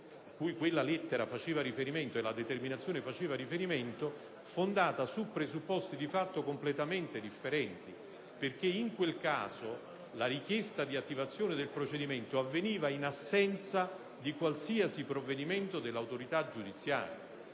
(cui quella lettera e la determinazione facevano riferimento) fondata su presupposti di fatto completamente differenti. Infatti, in quel caso, la richiesta di attivazione del procedimento avveniva in assenza di qualsiasi provvedimento dell'autorità giudiziaria,